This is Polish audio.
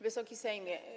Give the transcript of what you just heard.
Wysoki Sejmie!